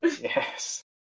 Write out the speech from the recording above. Yes